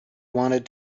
wanted